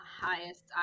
highest